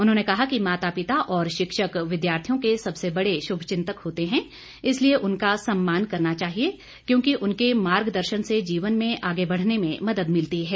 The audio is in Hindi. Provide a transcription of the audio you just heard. उन्होंने कहा कि माता पिता और शिक्षक विद्यार्थियों के सबसे बड़े शुभचिंतक होते हैं इसलिए उनका सम्मान करना चाहिए क्योंकि उनके मार्गदर्शन से जीवन में आगे बढ़ने में मद्द मिलती है